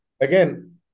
again